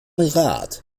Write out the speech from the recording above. rat